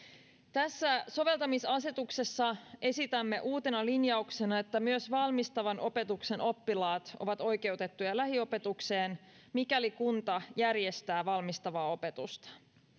tässä soveltamisasetuksessa esitämme uutena linjauksena että myös valmistavan opetuksen oppilaat ovat oikeutettuja lähiopetukseen mikäli kunta järjestää valmistavaa opetusta